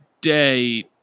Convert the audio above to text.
day